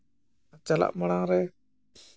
ᱪᱟᱞᱟᱜ ᱢᱟᱲᱟᱝ ᱨᱮ